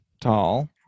tall